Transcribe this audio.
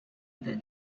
then